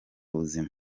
buzima